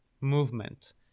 movement